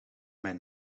mijn